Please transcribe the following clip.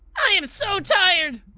i am so tired.